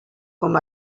com